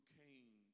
came